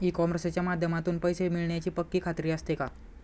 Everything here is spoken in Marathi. ई कॉमर्सच्या माध्यमातून पैसे मिळण्याची पक्की खात्री असते का?